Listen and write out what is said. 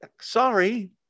sorry